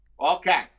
Okay